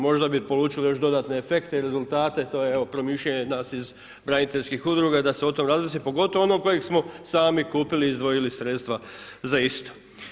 Možda bi polučili još dodatne efekte i rezultate, to je evo promišljanje nas iz braniteljskih udruga da se o tome razmisli, pogotovo onog kojeg smo sami kupili i izdvojili sredstva za isto.